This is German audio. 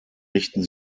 richten